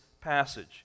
passage